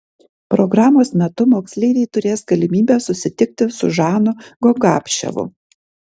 programos metu moksleiviai turės galimybę susitikti su žanu gongapševu